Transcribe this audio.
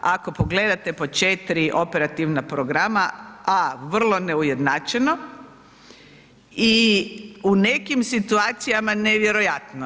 Ako pogledate po 4 operativna programa, a vrlo neujednačeno i u nekim situacijama nevjerojatno.